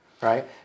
Right